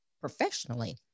professionally